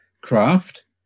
craft